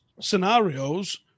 scenarios